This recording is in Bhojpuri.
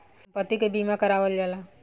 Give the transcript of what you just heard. सम्पति के बीमा करावल जाला